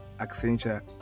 Accenture